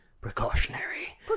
precautionary